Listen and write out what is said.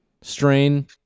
strain